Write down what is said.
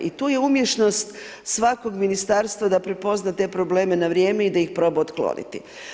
I tu je umješnost svakog ministarstva da prepozna te probleme na vrijeme i da ih proba otkloniti.